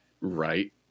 right